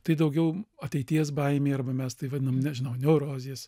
tai daugiau ateities baimė arba mes tai vadinam nežinau neurozės